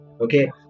okay